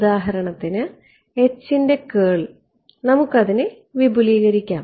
ഉദാഹരണത്തിന് H ൻറെ കേൾ നമുക്ക് അതിനെ വിപുലീകരിക്കാം